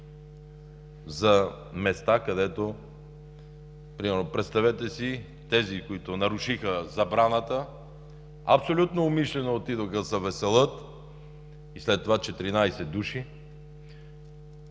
заразата. Примерно представете си тези, които нарушиха забраната, абсолютно умишлено отидоха да се веселят и след това 14 души